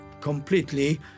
completely